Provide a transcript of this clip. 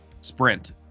sprint